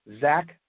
Zach